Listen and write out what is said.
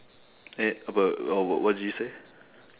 eh apa wha~ wha~ what did you say